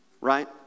Right